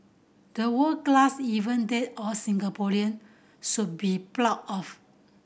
the world class event that all Singaporean should be proud of